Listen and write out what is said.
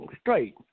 straight